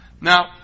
Now